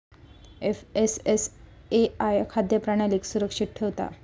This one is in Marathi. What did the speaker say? एफ.एस.एस.ए.आय खाद्य प्रणालीक सुरक्षित ठेवता